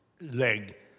leg